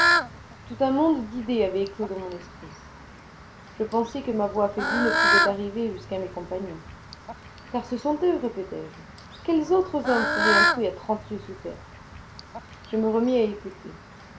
tout un monde d'idées avait éclos dans mon esprit je pensai que ma voix affaiblie ne pouvait arriver jusqu'à mes compagnons car ce sont eux répétai-je quels autres hommes seraient enfouis à trente lieues sous terre je me remis à écouter